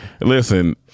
Listen